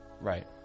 right